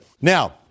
Now